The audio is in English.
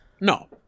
No